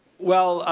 well,